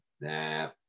nah